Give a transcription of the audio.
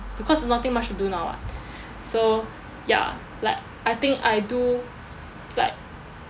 because nothing much to do now what so ya like I think I do like